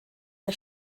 der